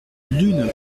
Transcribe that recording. l’une